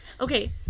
Okay